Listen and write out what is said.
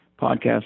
podcast